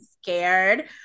scared